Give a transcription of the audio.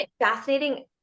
fascinating